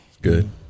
Good